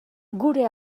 gure